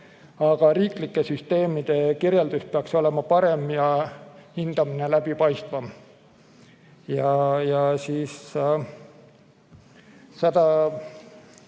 aga riiklike süsteemide kirjeldus peaks olema parem ja hindamine läbipaistvam. Seda